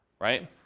right